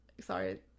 Sorry